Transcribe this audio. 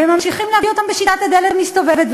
וממשיכים להביא אותם בשיטת הדלת המסתובבת.